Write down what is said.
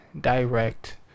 direct